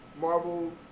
Marvel